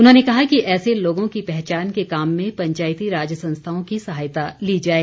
उन्होंने कहा कि ऐसे लोगों की पहचान के काम में पंचायती राज संस्थाओं की सहायता ली जाए